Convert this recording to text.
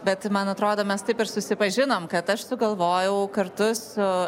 bet man atrodo mes taip ir susipažinom kad aš sugalvojau kartu su